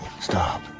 Stop